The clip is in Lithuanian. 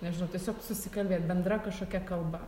nežinau tiesiog susikalbėt bendra kažkokia kalba